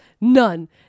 None